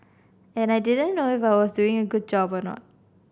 and I didn't know if I was doing a good job or not